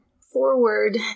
forward